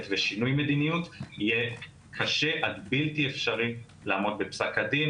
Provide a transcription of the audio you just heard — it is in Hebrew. ושינוי מדיניות יהיה קשה עד בלתי אפשרי לעמוד בפסק הדין.